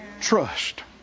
trust